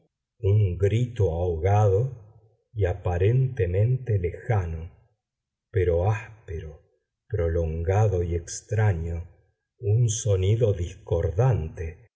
un grito ahogado y aparentemente lejano pero áspero prolongado y extraño un sonido discordante